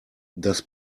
das